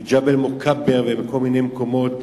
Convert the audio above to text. מג'בל-מוכבר ומכל מיני מקומות,